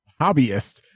hobbyist